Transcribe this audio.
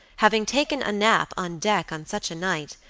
having taken a nap on deck on such a night,